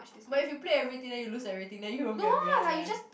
but if you play everything and you lose everything then you won't be a millionaire